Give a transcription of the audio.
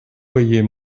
voyez